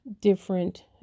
different